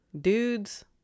dudes